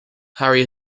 harry